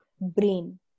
brain